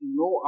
no